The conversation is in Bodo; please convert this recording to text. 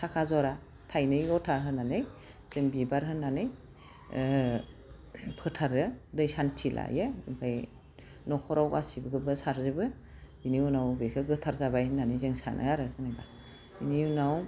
थाखा ज'रा थाइनै ग'था होनानै जों बिबार होनानै फोथारो दै सान्थि लायो ओमफ्राय नख'राव गासिबोखौबो सारजोबो बिनि उनाव बेखो गोथार जाबाय होननानै जों सानो आरो जेनेबा बिनि उनाव